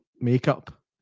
makeup